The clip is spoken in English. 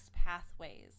pathways